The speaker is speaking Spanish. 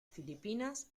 filipinas